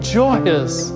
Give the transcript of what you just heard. joyous